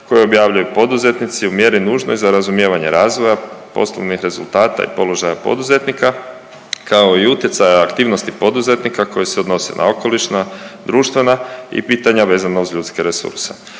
koju objavljuju poduzetnici u mjeri nužnoj za razumijevanja razvoja poslovnih rezultata i položaja poduzetnika, kao i utjecaja aktivnosti poduzetnika koje se odnose na okolišna, društvena i pitanja vezana uz ljudske resurse.